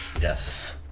Yes